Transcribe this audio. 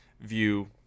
view